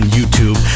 YouTube